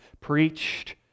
preached